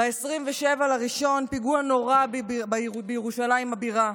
ב-27 בינואר, פיגוע נורא בירושלים הבירה,